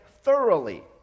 thoroughly